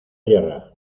yerra